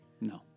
No